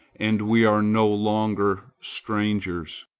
and we are no longer strangers.